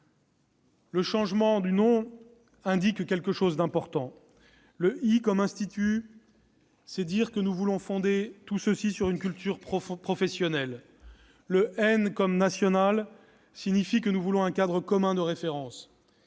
Le changement du nom indique quelque chose d'important : le « i » pour institut signifie que nous voulons fonder tout cela sur une culture professionnelle ; le « n » comme national veut dire que nous voulons un cadre commun de référence